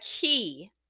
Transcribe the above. key